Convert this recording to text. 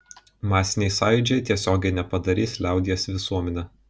masiniai sąjūdžiai tiesiogiai nepadarys liaudies visuomene